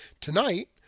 Tonight